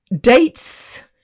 dates